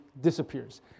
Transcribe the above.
disappears